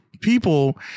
people